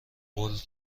قول